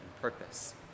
purpose